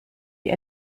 die